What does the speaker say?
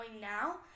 now